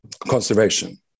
conservation